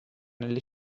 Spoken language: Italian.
nelle